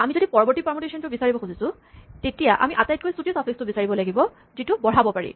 আমি যদি পৰবৰ্তী পাৰমুটেচনটো বিচাৰিব খুজিছো তেতিয়া আমি আটাইতকৈ চুটি চাফিক্সটো বিচাৰিব লাগিব যিটো বঢ়াব পাৰি